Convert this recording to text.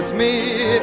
me